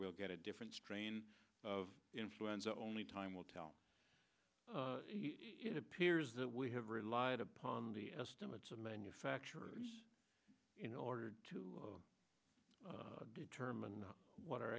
we'll get a different strain of influenza only time will tell it appears that we have relied upon the estimates of manufacturers in order to determine what our